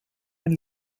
ein